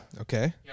Okay